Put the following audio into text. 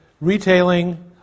retailing